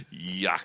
Yuck